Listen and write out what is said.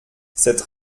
cette